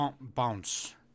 bounce